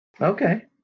Okay